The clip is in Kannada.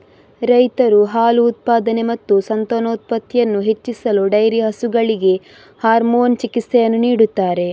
ರೈತರು ಹಾಲು ಉತ್ಪಾದನೆ ಮತ್ತು ಸಂತಾನೋತ್ಪತ್ತಿಯನ್ನು ಹೆಚ್ಚಿಸಲು ಡೈರಿ ಹಸುಗಳಿಗೆ ಹಾರ್ಮೋನ್ ಚಿಕಿತ್ಸೆಯನ್ನು ನೀಡುತ್ತಾರೆ